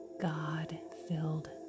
God-filled